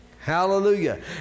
Hallelujah